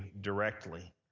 directly